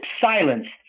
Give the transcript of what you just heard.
silenced